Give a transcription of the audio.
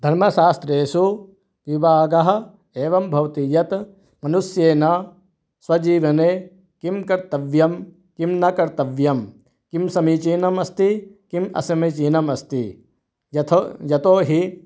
धर्मशास्त्रेषु विभागः एवं भवति यत् मनुष्येण स्वजीवने किं कर्तव्यं किं न कर्तव्यं किं समीचीनमस्ति किम् असमीचीनमस्ति यतो यतो हि